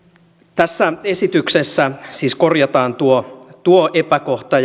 tässä esityksessä siis korjataan tuo tuo epäkohta